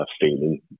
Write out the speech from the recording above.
feeling